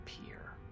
appear